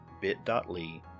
bit.ly